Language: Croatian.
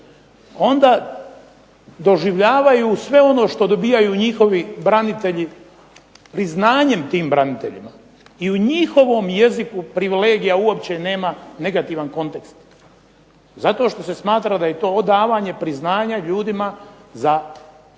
Onda doživljavaju sve ono što dobivaju njihovi branitelji priznanjem tim braniteljima. I u njihovom jeziku privilegija uopće nema negativan kontekst zato što se smatra da je to odavanje priznanja ljudima za ključni